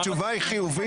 התשובה היא חיובית.